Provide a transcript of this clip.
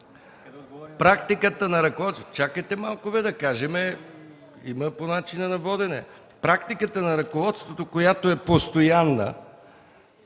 Практиката на ръководството, която е постоянна